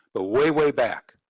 the way way back.